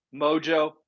mojo